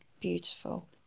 Beautiful